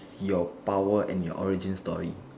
your power and your origin story